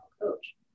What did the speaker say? coach